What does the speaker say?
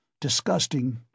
Disgusting